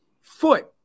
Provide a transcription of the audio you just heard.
foot